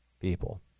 people